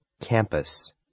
Campus